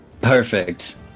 perfect